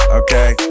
okay